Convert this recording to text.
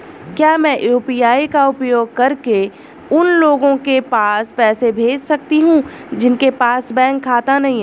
क्या मैं यू.पी.आई का उपयोग करके उन लोगों के पास पैसे भेज सकती हूँ जिनके पास बैंक खाता नहीं है?